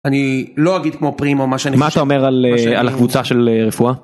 אני לא אגיד כמו פרימו מה שאתה אומר על הקבוצה של רפואה.